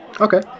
Okay